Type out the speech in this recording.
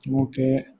Okay